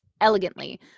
elegantly